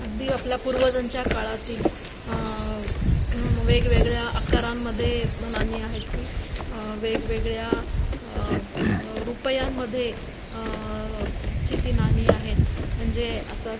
अगदी आपल्या पूर्वजांच्या काळातील म् वेगवेगळ्या आकारांमध्ये नाणी आहेत ती वेगवेगळ्या रुपयांमध्ये ची ती नाणी आहेत म्हणजे आता